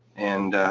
and